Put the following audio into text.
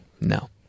No